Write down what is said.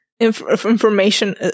information